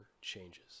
changes